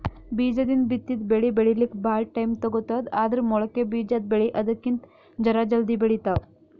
ಬೀಜದಿಂದ್ ಬಿತ್ತಿದ್ ಬೆಳಿ ಬೆಳಿಲಿಕ್ಕ್ ಭಾಳ್ ಟೈಮ್ ತಗೋತದ್ ಆದ್ರ್ ಮೊಳಕೆ ಬಿಜಾದ್ ಬೆಳಿ ಅದಕ್ಕಿಂತ್ ಜರ ಜಲ್ದಿ ಬೆಳಿತಾವ್